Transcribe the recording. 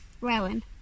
Rowan